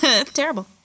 Terrible